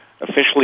officially